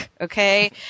okay